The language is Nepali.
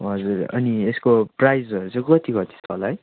हजुर अनि यसको प्राइसहरू चाहिँ कति कति छ होला है